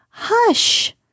Hush